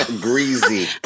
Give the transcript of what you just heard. Greasy